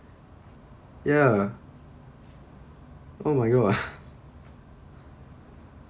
ya oh my god